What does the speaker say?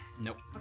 Nope